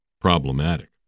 problematic